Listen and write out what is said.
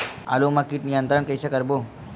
आलू मा कीट नियंत्रण कइसे करबो?